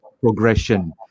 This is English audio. progression